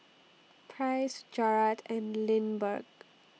Price Jarad and Lindbergh